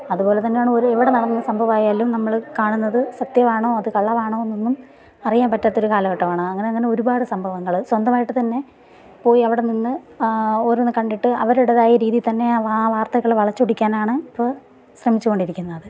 അതുപോലെത്തന്നെയാണ് ഒരു ഇവിടെ നടന്ന ഒരു സംഭവം ആയാലും നമ്മൾ കാണുന്നത് സത്യമാണോ അത് കള്ളമാണോ എന്നൊന്നും അറിയാൻ പറ്റാത്ത ഒരു കാലഘട്ടമാണ് അങ്ങനെ അങ്ങനെ ഒരുപാട് സംഭവങ്ങൾ സ്വന്തമായിട്ട് തന്നെ പോയി അവിടെനിന്ന് ഓരോന്ന് കണ്ടിട്ട് അവരുടേതായ രീതിയിൽ തന്നെ ആ വാർത്തകൾ വളച്ചൊടിക്കാനാണ് ഇപ്പോൾ ശ്രമിച്ചുകൊണ്ടിരിക്കുന്നത്